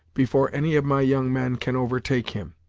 before any of my young men can overtake him,